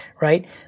right